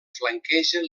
flanquegen